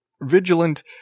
vigilant